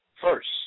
first